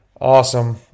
Awesome